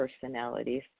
personalities